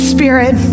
Spirit